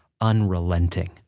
unrelenting